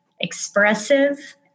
expressive